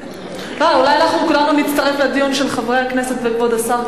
אולי כולנו נצטרף לדיון של חברי הכנסת וכבוד השר,